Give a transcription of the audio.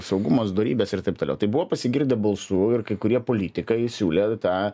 saugumas dorybės ir taip toliau tai buvo pasigirdę balsų ir kai kurie politikai siūlė tą